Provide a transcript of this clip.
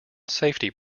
safety